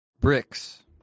Bricks